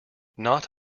not